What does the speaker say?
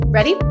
Ready